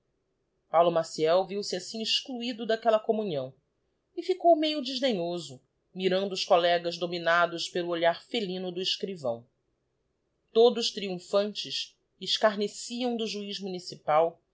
fino paulo maciel viu-se assim excluido d'aquella communhão e ficou meio desdenhoso mirando os collegas dominados pelo olhar felino do escrivão todos triumphantes escarneciam do juiz municipal